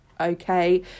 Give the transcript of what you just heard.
okay